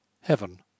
Heaven